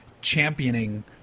championing